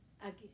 again